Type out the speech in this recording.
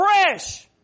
fresh